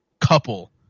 couple